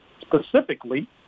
specifically